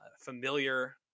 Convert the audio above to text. familiar